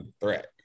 threat